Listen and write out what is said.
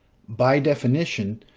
by definition,